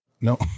no